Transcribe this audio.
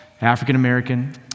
African-American